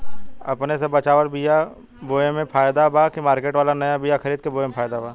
अपने से बचवाल बीया बोये मे फायदा बा की मार्केट वाला नया बीया खरीद के बोये मे फायदा बा?